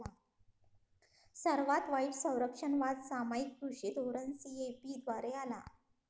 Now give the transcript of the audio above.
सर्वात वाईट संरक्षणवाद सामायिक कृषी धोरण सी.ए.पी द्वारे आला